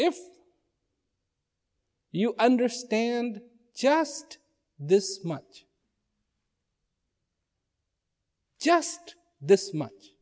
if you understand just this much just this much